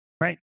Right